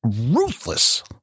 ruthless